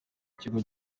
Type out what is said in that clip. ikigo